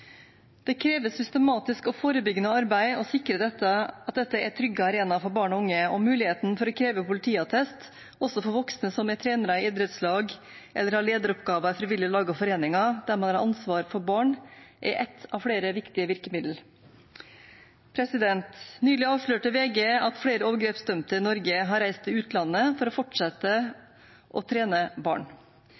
Det krever systematisk og forebyggende arbeid å sikre at dette er trygge arenaer for barn og unge, og muligheten for å kreve politiattest også for voksne som er trenere i idrettslag eller har lederoppgaver i frivillige lag og foreninger der de har ansvar for barn, er ett av flere viktige virkemidler. Nylig avslørte VG at flere overgrepsdømte i Norge har reist til utlandet for å fortsette å trene barn.